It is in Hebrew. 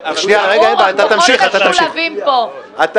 אני